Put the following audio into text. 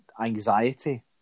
anxiety